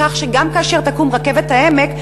כך שגם כאשר תקום רכבת העמק,